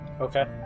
Okay